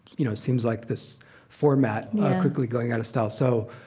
you know, seems like this format quickly going out of style. so,